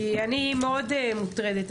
כי אני מאוד מוטרדת,